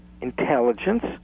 intelligence